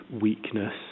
weakness